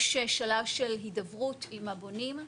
יש שלב של הידברות עם הבונים.